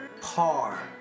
par